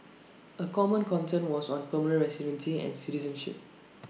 A common concern was on permanent residency and citizenship